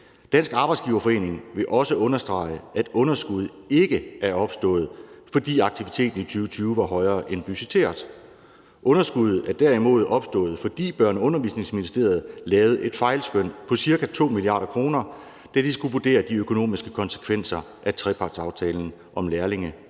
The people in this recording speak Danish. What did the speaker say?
fra trepartsaftalen: »DA vil også understrege, at underskuddet ikke er opstået, fordi aktiviteten i 2020 var højere end budgetteret. Underskuddet er derimod opstået, fordi Børne- og Undervisningsministeriet lavede et fejlskøn på ca. 2 mia. kr., da de skulle vurdere de økonomiske konsekvenser af trepartsaftalen om lærlingene